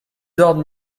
ordres